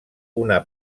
una